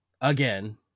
again